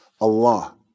Allah